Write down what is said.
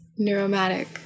neuromatic